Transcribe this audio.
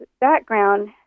background